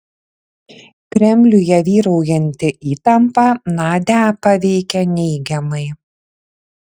kremliuje vyraujanti įtampa nadią paveikė neigiamai